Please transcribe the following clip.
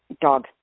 Dog